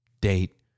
date